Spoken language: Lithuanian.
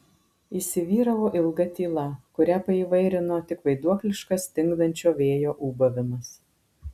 įsivyravo ilga tyla kurią paįvairino tik vaiduokliškas stingdančio vėjo ūbavimas